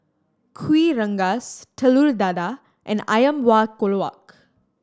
Kuih Rengas Telur Dadah and Ayam Buah Keluak